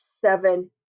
seven